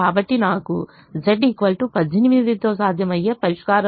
కాబట్టి నాకు z 18 తో సాధ్యమయ్యే పరిష్కారం ఉంది